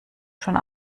schon